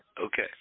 Okay